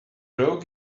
rogue